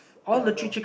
ya Bro